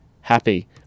happy